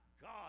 God